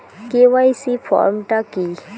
KYC form টা কি?